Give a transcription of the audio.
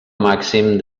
màxim